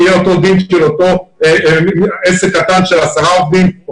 יהיה דינו כדין עסק קטן של עשרה עובדים או